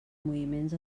moviments